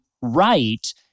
right